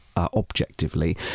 objectively